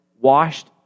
washed